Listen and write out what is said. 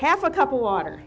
half a cup of water